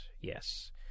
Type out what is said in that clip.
Yes